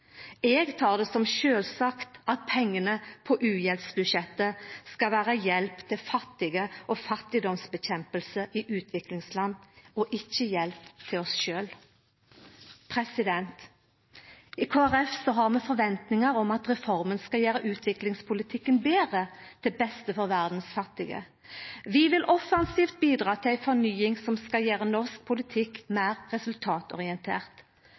Eg tek det som sjølvsagt at pengane på uhjelpsbudsjettet skal vera hjelp til fattige og til å kjempa mot fattigdom i utviklingsland, ikkje hjelp til oss sjølve. I Kristeleg Folkeparti har vi forventingar om at reforma skal gjera utviklingspolitikken betre, til beste for verdas fattige. Vi vil offensivt bidra til ei fornying som skal gjera norsk politikk meir resultatorientert.